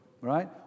right